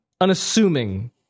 unassuming